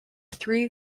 three